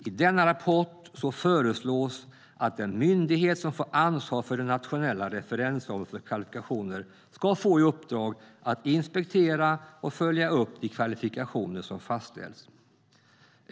I denna rapport föreslås att den myndighet som får ansvaret för den nationella referensramen för kvalifikationer ska få i uppdrag att inspektera och följa upp de kvalifikationer som fastställts.